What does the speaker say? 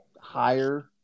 higher